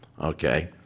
Okay